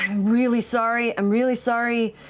really sorry. i'm really sorry.